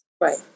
right